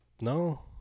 No